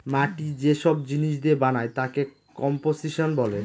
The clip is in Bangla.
মাটি যে সব জিনিস দিয়ে বানায় তাকে কম্পোসিশন বলে